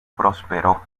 prosperó